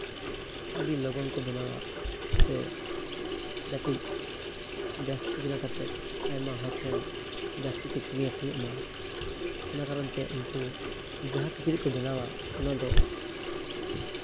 ᱟᱹᱰᱤ ᱞᱚᱜᱚᱱ ᱠᱚ ᱵᱮᱱᱟᱣᱟ ᱥᱮ ᱡᱟᱛᱮ ᱡᱟᱹᱥᱛᱤ ᱵᱮᱱᱟᱣ ᱠᱟᱛᱮᱫ ᱟᱭᱢᱟ ᱦᱚᱲ ᱴᱷᱮᱱ ᱡᱟᱹᱥᱛᱤᱛᱮ ᱠᱤᱨᱤᱧ ᱟᱹᱠᱷᱨᱤᱧᱚᱜᱼᱢᱟ ᱚᱱᱟ ᱠᱟᱨᱚᱱᱛᱮ ᱩᱱᱠᱩ ᱡᱟᱦᱟᱸ ᱠᱤᱪᱨᱤᱪ ᱠᱚ ᱵᱮᱱᱟᱣᱟ ᱚᱱᱟᱫᱚ